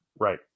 Right